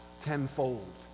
tenfold